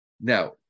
now